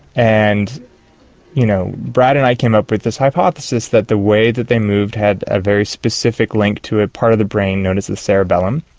and you know brad and i came up with this hypothesis that the way that they moved had a very specific link to a part of the brain known as the cerebellum.